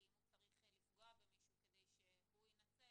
כי אם הוא צריך לפגוע במישהו כדי שהוא יינצל